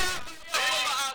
זה הבעיה פה בארץ.